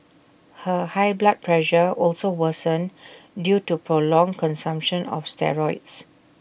her high blood pressure also worsened due to prolonged consumption of steroids